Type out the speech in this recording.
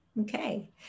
Okay